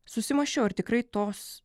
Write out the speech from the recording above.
susimąsčiau ar tikrai tos